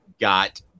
got